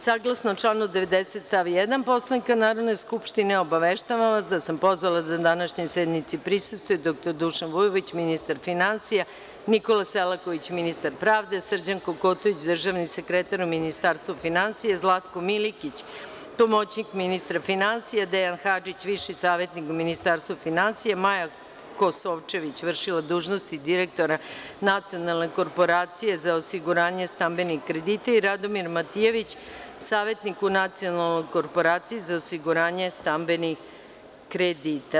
Saglasno članu 90. stav 1. Poslovnika Narodne skupštine, obaveštavam vas da sam pozvala da današnjoj sednici prisustvuje dr Dušan Vujović, ministar finansija; Nikola Selaković, ministar pravde; Srđan Kokotović, državni sekretar u Ministarstvu finansija; Zlatko Milikić, pomoćnik ministra finansija; Dejan Hadžić, viši savetnik u Ministarstvu finansija; Maja Kosovčević, vršilac dužnosti direktora Nacionalne korporacije za osiguranje stambenih kredita i Radomir Matijević, savetnik u Nacionalnoj korporaciji za osiguranje stambenih kredita.